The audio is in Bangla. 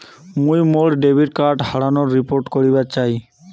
মুই মোর ডেবিট কার্ড হারানোর রিপোর্ট করিবার চাই